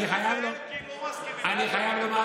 הוא ואלקין לא מסכימים איתך.